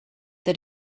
that